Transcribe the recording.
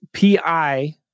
PI